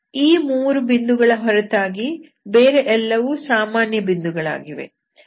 ಈ ಮೂರು ಬಿಂದುಗಳ ಹೊರತಾಗಿ ಬೇರೆ ಎಲ್ಲವೂ ಸಾಮಾನ್ಯ ಬಿಂದುಗಳಾಗಿವೆ